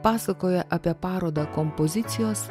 pasakoja apie parodą kompozicijos